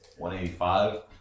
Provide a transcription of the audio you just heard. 185